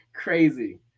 crazy